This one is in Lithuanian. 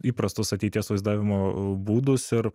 įprastus ateities vaizdavimo būdus ir